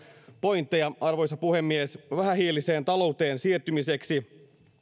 pointteja arvoisa puhemies vähähiiliseen talouteen siirtymiseksi